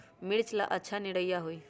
मिर्च ला अच्छा निरैया होई?